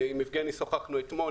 עם יבגני שוחחנו אתמול,